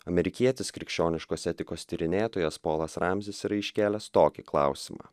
amerikietis krikščioniškos etikos tyrinėtojas polas ramzis yra iškėlęs tokį klausimą